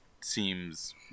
seems